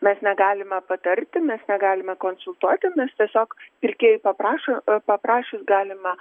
mes negalime patarti mes negalime konsultuoti mes tiesiog pirkėjai paprašo paprašius galima